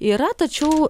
yra tačiau